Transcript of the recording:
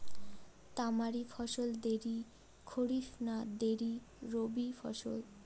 তামারি ফসল দেরী খরিফ না দেরী রবি ফসল?